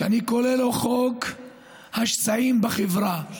שאני קורא לו חוק השסעים בחברה.